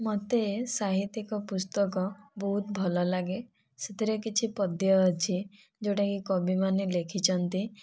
ମୋତେ ସାହିତ୍ୟିକ ପୁସ୍ତକ ବହୁତ ଭଲ ଲାଗେ ସେଥିରେ କିଛି ପଦ୍ୟ ଅଛି ଯେଉଁଟା କି କବିମାନେ ଲେଖିଛନ୍ତି